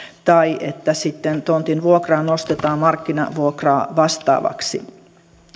tai sitten tontin vuokraa nostetaan markkinavuokraa vastaavaksi